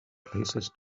places